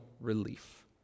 relief